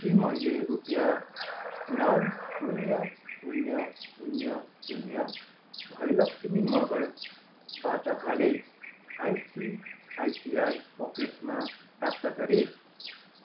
के मैले रुपियाँ नौ शून्य शून्य शून्य शून्य भयलक्ष्मी मँगरबाट हालै आइसिआइसिआई पकेट्समा प्राप्त गरेँ